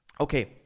okay